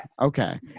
Okay